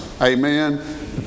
Amen